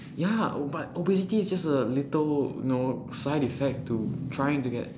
ya oh but obesity is just a little no side effect to trying to get